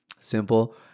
Simple